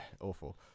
awful